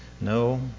No